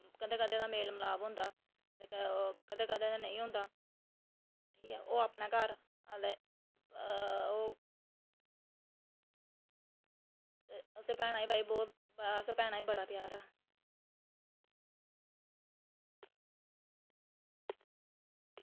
कदें कदें ते मेल मिलाप होंदा ते कदें कदें नेईं होंदा ठीक ऐ ते ओह् अपने घर असें भैनें बहुत असें भैनें बी बहुत प्यार ऐहा